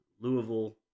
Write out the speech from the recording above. Louisville